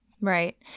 Right